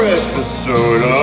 episode